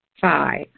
Five